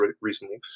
recently